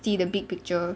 see the big picture